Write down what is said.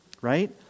right